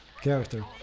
character